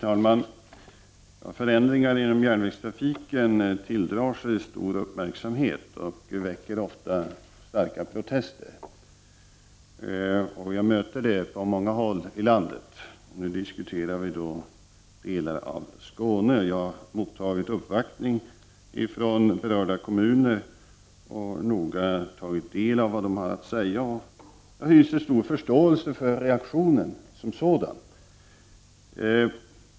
Herr talman! Förändringar inom järnvägstrafiken tilldrar sig stor uppmärksamhet och väcker ofta starka protester. Jag möter det på många håll i landet. Nu diskuterar vi delar av Skåne, och jag har mottagit uppvaktning från berörda kommuner och noga tagit del av vad de har att säga. Jag hyser stor förståelse för reaktionen som sådan.